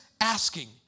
asking